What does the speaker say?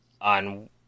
on